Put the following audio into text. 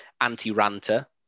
anti-ranter